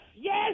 Yes